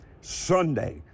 Sunday